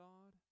God